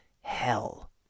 hell